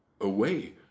away